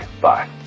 Bye